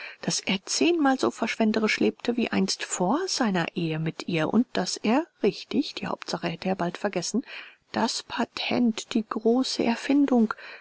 daß er zehnmal so verschwenderisch lebte wie einst vor seiner ehe mit ihr und daß er richtig die hauptsache hätte er bald vergessen das patent die große erfindung